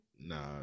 Nah